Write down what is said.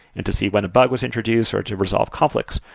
and to see when a bug was introduce or to resolve conflicts.